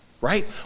right